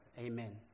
Amen